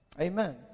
Amen